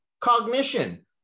cognition